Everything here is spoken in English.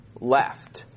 left